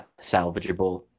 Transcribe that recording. salvageable